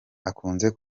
akunze